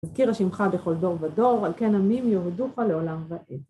אזכירה שימך בכל דור ודור, על כן עמים יהודוך לעולם ועד.